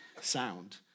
sound